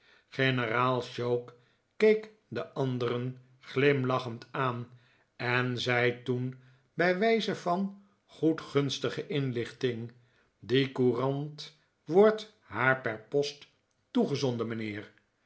generaal choke keek de anderen glimlachend aan en zei toen bij wijze van goedgunstige inlichting die courant wordt haar per post toegezonden mijnheer